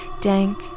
dank